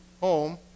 home